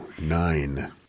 nine